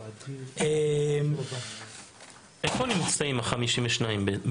איפה נמצאים ה-52?